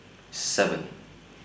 seven